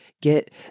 get